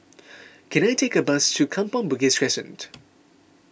can I take a bus to Kampong Bugis Crescent